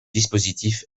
dispositif